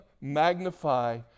magnify